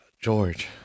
George